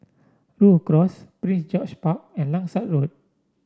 Rhu Cross Prince George Park and Langsat Road